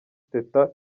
teta